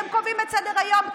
אתם קובעים את סדר-היום.